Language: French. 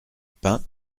pain